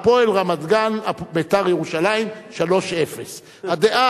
"הפועל רמת-גן" "בית"ר ירושלים" 0 3. הדעה,